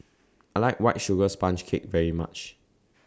I like White Sugar Sponge Cake very much